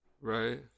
Right